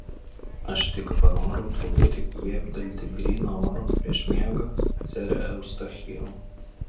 aš tik panorau truputį kvėptelti gryno oro prieš miegą sere eustachijau